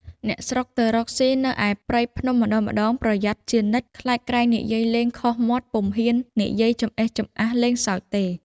អ្នកស្រុកទៅរកសុីនៅឯព្រៃភ្នំម្ដងៗប្រយ័ត្នជានិច្ច ខ្លាចក្រែងនិយាយលេងខុសមាត់ ពុំហ៊ាននិយាយចម្អេះចំអាសលេងសើចទេ។